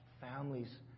families